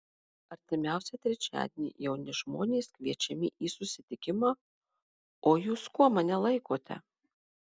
artimiausią trečiadienį jauni žmonės kviečiami į susitikimą o jūs kuo mane laikote